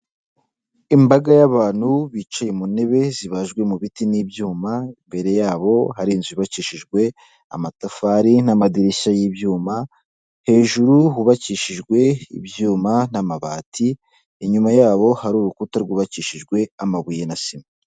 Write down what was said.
Imbaga y'abantu bicaye mu ntebe zibajwe mu biti n'ibyuma, imbere yabo hari inzu yubakishijwe amatafari n'amadirishya y'ibyuma hejuru hubakishijwe ibyuma n'amabati, inyuma yabo hari urukuta rwubakishijwe amabuye na sima.